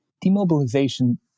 demobilization